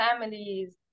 families